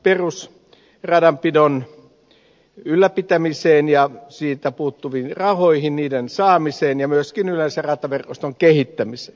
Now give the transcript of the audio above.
martti korhosen mainitsemaan perusradanpidon ylläpitämiseen ja siitä puuttuviin rahoihin niiden saamiseen ja myöskin yleensä rataverkoston kehittämiseen